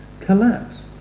collapse